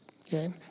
okay